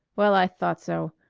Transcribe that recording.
well, i thought so.